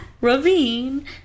Ravine